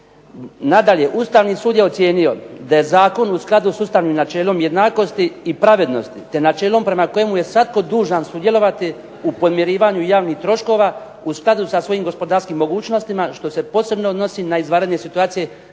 Nadalje, "Ustavni sud je ocijenio da je zakon u skladu sa ustavnim načelom jednakosti i pravednosti te načelom kojemu je svako dužan sudjelovati u podmirivanju javnih troškova u skladu sa svojim gospodarskim mogućnostima što se posebno odnosi na izvanredne situacije